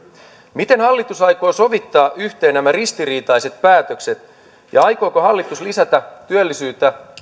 miten hallitus aikoo sovittaa yhteen nämä ristiriitaiset päätökset ja aikooko hallitus lisätä työllisyyttä